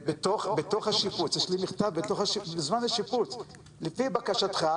יש לי מכתב מזמן השיפוץ: לפי בקשתך,